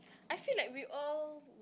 I feel like we all